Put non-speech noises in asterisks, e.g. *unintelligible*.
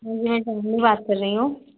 मैं *unintelligible* बात कर रही हूँ